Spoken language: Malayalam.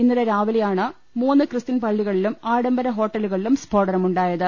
ഇന്നലെ രാവിലെയാണ് മൂന്ന് ക്രിസ്ത്യൻ പള്ളികളിലും ആഡംബര ഹ്യോട്ടലുകളിലും സ്ഫോടനമുണ്ടായത്